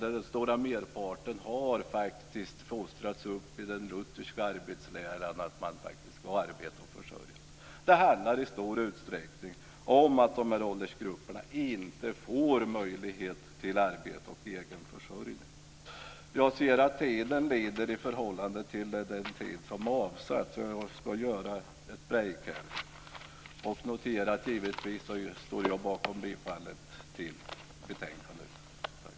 Den stora merparten har faktiskt fostrats i den lutherska andan att man ska arbeta för sin försörjning. Det handlar i stor utsträckning om att de här åldersgrupperna inte får möjlighet till arbete och egen försörjning. Jag ser att min tillmätta talartid börjar ta slut. Jag nöjer mig därför nu med att yrka bifall till utskottets hemställan.